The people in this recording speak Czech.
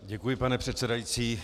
Děkuji, pane předsedající.